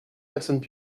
personnes